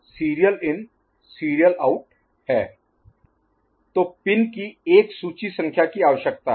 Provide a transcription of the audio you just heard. तो पिन की एक सूची संख्या की आवश्यकता है